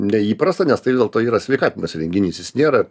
neįprasta nes tai vis dėl to yra sveikatinimosi renginys jis nėra